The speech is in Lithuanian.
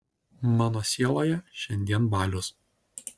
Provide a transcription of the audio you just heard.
mano sieloje šiandien balius